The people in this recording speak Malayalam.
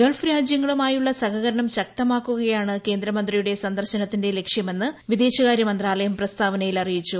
ഗൾഫ് രാജ്യങ്ങളുമായുള്ള സഹകരണം ശക്തമാക്കുക യാണ് കേന്ദ്രമന്ത്രിയുടെ സന്ദർശനത്തിന്റെ ലക്ഷ്യമെന്ന് വിദേശ കാര്യമന്ത്രാലയം പ്രസ്താവനയിൽ അറിയിച്ചു